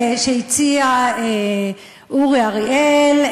שהציע אורי אריאל,